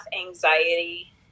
anxiety